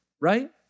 right